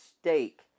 stake